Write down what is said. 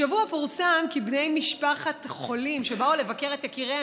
השבוע פורסם כי בני משפחות חולים שבאו לבקר את יקיריהם